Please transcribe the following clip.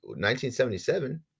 1977